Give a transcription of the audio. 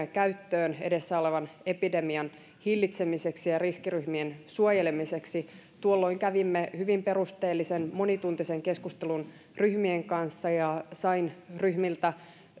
käyttöön edessä olevan epidemian hillitsemiseksi ja riskiryhmien suojelemiseksi tuolloin kävimme hyvin perusteellisen monituntisen keskustelun ryhmien kanssa ja sain ryhmiltä